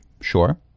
sure